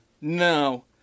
No